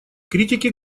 критики